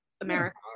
America